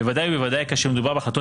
בוודאי ובוודאי כאשר מדובר בהחלטות